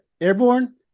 Airborne